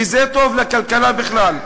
וזה טוב לכלכלה בכלל.